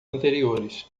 anteriores